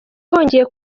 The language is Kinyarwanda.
hongeye